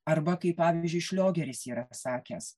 arba kaip pavyzdžiui šliogeris yra sakęs